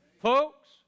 Folks